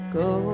go